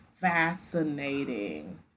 fascinating